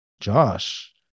Josh